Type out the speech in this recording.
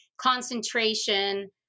concentration